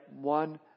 one